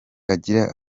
agira